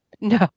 No